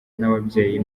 n’ababyeyi